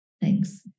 thanks